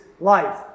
life